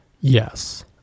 Yes